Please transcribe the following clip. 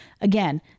again